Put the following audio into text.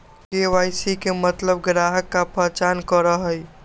KYC के मतलब ग्राहक का पहचान करहई?